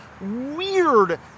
weird